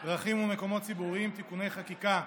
דרכים ומקומות ציבוריים (תיקוני חקיקה),